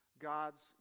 God's